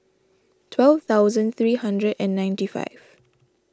twelve thousand three hundred and ninety five